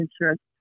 insurance